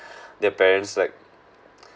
the parents like